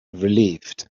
relieved